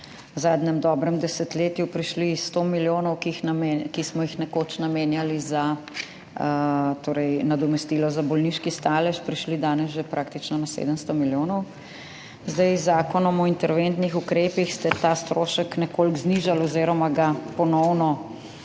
v zadnjem dobrem desetletju prišli s 100 milijonov, ki smo jih nekoč namenjali za nadomestilo za bolniški stalež, danes že praktično na 700 milijonov. Z zakonom o interventnih ukrepih ste ta strošek nekoliko znižali oziroma ga ponovno